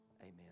amen